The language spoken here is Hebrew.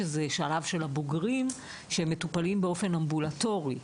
שזה שלב של הבוגרים שמטופלים באופן אמבולטורי.